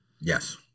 Yes